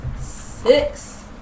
Six